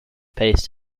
based